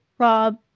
Rob